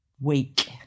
week